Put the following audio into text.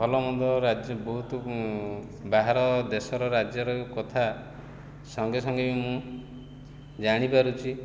ଭଲ ମନ୍ଦ ରାଜ୍ୟ ବହୁତ ବାହାର ଦେଶର ରାଜ୍ୟର କଥା ସଙ୍ଗେସଙ୍ଗେ ମୁଁ ଜାଣିପାରୁଛି